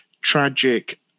tragic